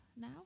now